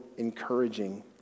encouraging